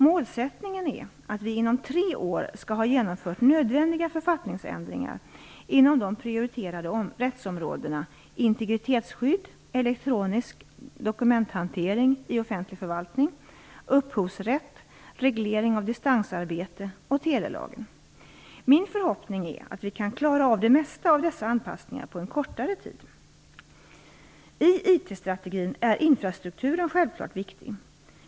Målsättningen är att vi inom tre år skall ha genomfört nödvändiga författningsändringar inom de prioriterade rättsområdena integritetsskydd, elektronisk dokumenthantering i offentlig förvaltning, upphovsrätt, reglering av distansarbete och telelagen. Min förhoppning är att vi kan klara av det mesta av dessa anpassningar på än kortare tid. I IT-strategin är infrastrukturen självklart viktig.